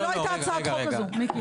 לא הייתה הצעת חוק כזאת, מיקי.